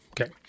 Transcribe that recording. Okay